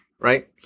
Right